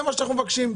זה מה שאנחנו מבקשים,